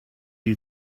you